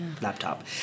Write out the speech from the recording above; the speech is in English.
laptop